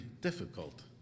difficult